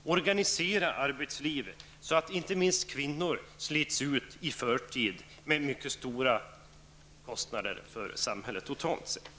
att organisera arbetet så att ingen -- och detta gäller inte minst kvinnor -- slits ut i förtid, med mycket stora kostnader för samhället totalt sett.